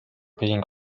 being